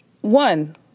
One